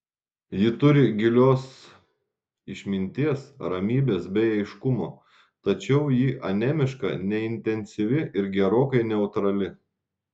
ji turi gilios išminties ramybės bei aiškumo tačiau ji anemiška neintensyvi ir gerokai neutrali